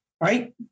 Right